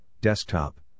desktop